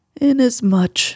Inasmuch